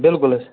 بِلکُل حظ